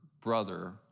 brother